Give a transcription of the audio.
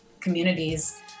communities